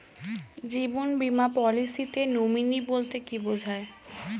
জীবন বীমা পলিসিতে নমিনি বলতে কি বুঝায়?